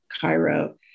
Cairo